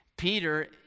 Peter